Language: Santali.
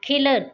ᱠᱷᱮᱞᱳᱰ